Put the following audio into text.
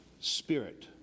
spirit